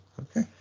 okay